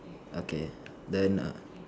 okay then err